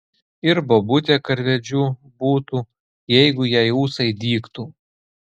ir bobutė karvedžiu būtų jeigu jai ūsai dygtų